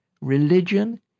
Religion